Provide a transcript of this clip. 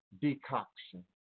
decoction